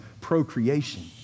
procreation